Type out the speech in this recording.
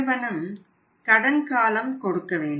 நிறுவனம் கடன் காலம் கொடுக்க வேண்டும்